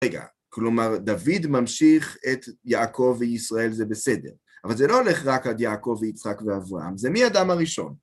רגע, כלומר, דוד ממשיך את יעקב וישראל, זה בסדר, אבל זה לא הולך רק עד יעקב ויצחק ואברהם, זה מהאדם הראשון.